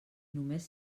només